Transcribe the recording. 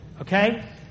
Okay